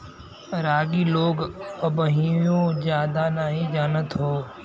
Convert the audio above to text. रागी लोग अबहिओ जादा नही जानत हौ